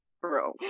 Bro